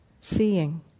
seeing